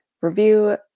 review